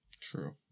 True